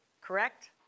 correct